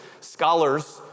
scholars